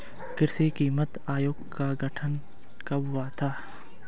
कृषि कीमत आयोग का गठन कब हुआ था?